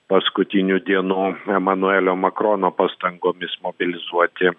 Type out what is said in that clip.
paskutinių dienų emanuelio makrono pastangomis mobilizuoti